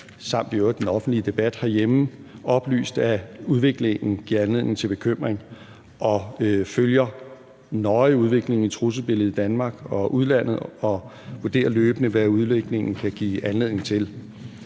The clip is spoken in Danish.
samt i øvrigt den offentlige debat herhjemme oplyst, at udviklingen giver anledning til bekymring, og følger nøje udviklingen i trusselsbilledet i Danmark og udlandet og vurderer løbende, hvad udviklingen kan give anledning til.